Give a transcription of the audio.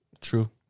true